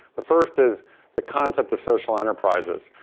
the first is the concept of social enterprises.